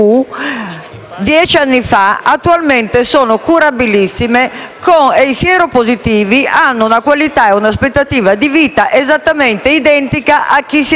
I sieropositivi hanno oggi un qualità e un'aspettativa di vita esattamente identica a chi siero positivo non è, grazie alle terapie antiretrovirali.